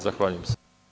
Zahvaljujem se.